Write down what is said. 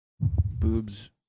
Boobs